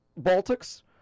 Baltics